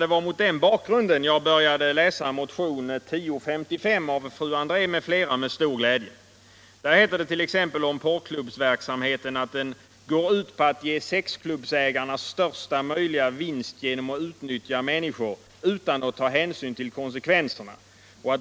Det var mot den bakgrunden jag med stor glädje började läsa motionen 1055 av fru André m.fl. Där heter det t.ex. om porrklubbsverksamheten att den ”går ut på att ge sexklubbägaren största 125 möjliga vinst genom att utnyttja människor utan att ta hänsyn till konsekvenserna.